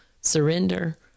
surrender